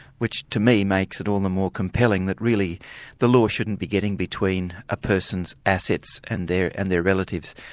which to me makes it all the more compelling that really the law shouldn't be getting between a person's assets and their and their relatives,